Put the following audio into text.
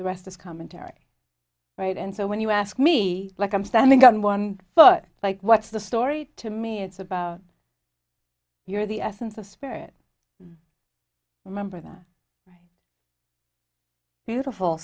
the rest is commentary right and so when you ask me like i'm standing on one foot like what's the story to me it's about you're the essence of spirit remember that beautiful